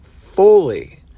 fully